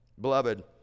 Beloved